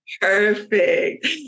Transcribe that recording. Perfect